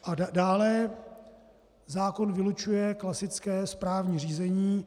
A dále zákon vylučuje klasické správní řízení.